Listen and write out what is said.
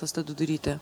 asta dudurytė